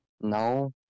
No